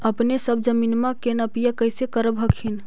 अपने सब लोग जमीनमा के नपीया कैसे करब हखिन?